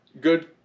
good